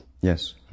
Yes